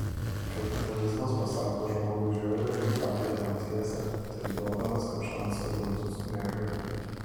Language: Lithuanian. kapitalizmas pasako žmogui žiaurią ir nepakeliamą tiesą taip duodamas jam šansą grumtis su negalia